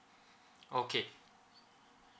okay